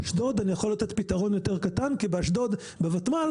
באשדוד אני יכול לתת פתרון יותר קטן כי באשדוד בותמ"ל,